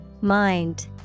Mind